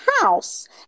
house